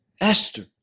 Esther